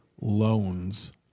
loans